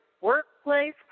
workplace